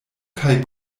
kaj